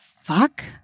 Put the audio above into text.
Fuck